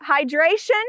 hydration